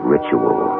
Ritual